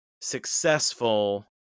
successful